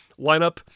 lineup